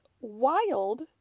wild